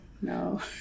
No